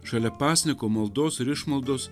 šalia pasninko maldos ir išmaldos